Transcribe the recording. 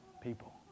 people